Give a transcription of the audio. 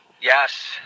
Yes